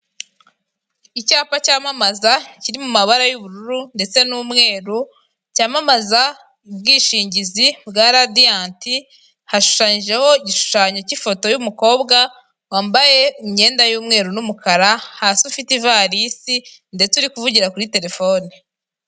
Icyapa cyamamaza kiri mu mabara y'ubururu ndetse n'umweru. Cyamamaza ubwishingizi bwa radiyanti, hashushanyijeho igishushanyo cy'ifoto y'umukobwa wambaye imyenda y'umweru n'umukara; hasi ufite ivarisi ndetse uri kuvugira kuri terefone.